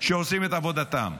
שעושים את עבודתם.